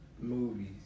movies